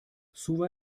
suva